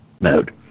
mode